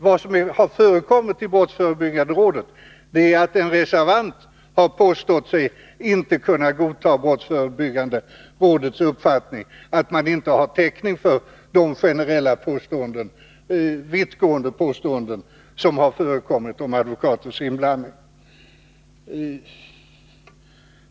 Vad som har förekommit i brottsförebyggande rådet är att en reservant har påstått sig inte kunna godta rådets uppfattning att man inte har täckning för de vittgående påståenden som har gjorts om advokaters inblandning.